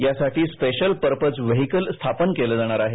यासाठी special purpose vehicle स्थापन केलं जाणार आहे